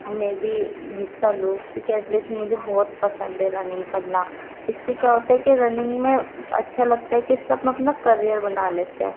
میں بھی حصہ لوں کیونکہ ایٹ لیسٹ مجھے بہت پسند ہے رننگ کرنا اس سے کیا ہوتا ہے کہ رننگ میں اچھا لگتا ہے کہ اس سے اپنا اپنا کریئر بنا لیتے ہیں